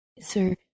sir